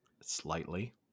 slightly